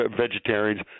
vegetarians